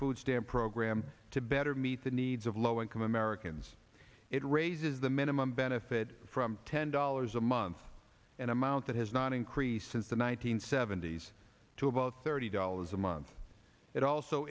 food stamp program to better meet the needs of low income americans it raises the minimum benefit from ten dollars a month an amount that has not increased since the one nine hundred seventy s to about thirty dollars a month it also